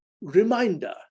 reminder